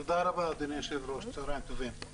תודה רבה, אדוני היושב-ראש, צהרים טובים.